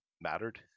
mattered